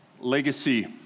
Legacy